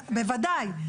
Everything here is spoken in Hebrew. בוודאי,